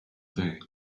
day